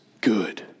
good